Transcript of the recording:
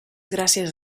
gràcies